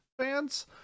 fans